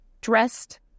dressed